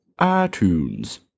iTunes